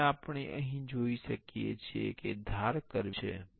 હવે આપણે અહીં જોઈ શકીએ છીએ કે ધાર કર્વી છે